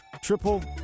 Triple